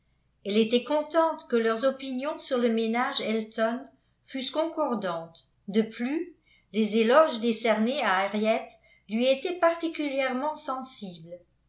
elle était contente que leurs opinions sur le ménage elton fussent concordantes de plus les éloges décernés à henriette lui étaient particulièrement sensibles